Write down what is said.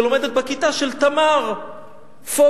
שלומדת בכיתה של תמר פוגל.